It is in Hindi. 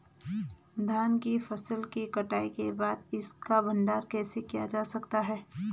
धान की फसल की कटाई के बाद इसका भंडारण कैसे किया जा सकता है?